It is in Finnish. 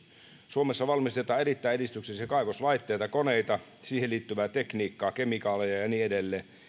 suomessa valmistetaan erittäin edistyksellisiä kaivoslaitteita ja koneita siihen liittyvää tekniikkaa kemikaaleja ja niin edelleen